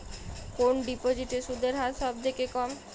কোন ডিপোজিটে সুদের হার সবথেকে কম?